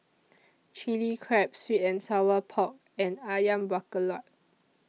Chili Crab Sweet and Sour Pork and Ayam Buah Keluak